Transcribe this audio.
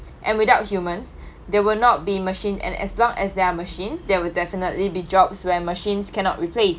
and without humans there will not be machine and as long as there are machines there would definitely be jobs where machines cannot replace